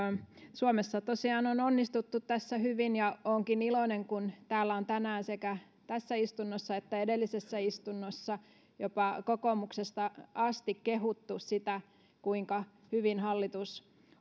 suomessa tosiaan on onnistuttu tässä hyvin ja olenkin iloinen kun täällä on tänään sekä tässä istunnossa että edellisessä istunnossa jopa kokoomuksesta asti kehuttu sitä kuinka hyvin hallitus